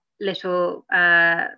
little